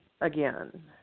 again